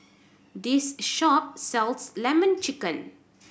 this shop sells Lemon Chicken